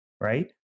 right